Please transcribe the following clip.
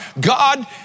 God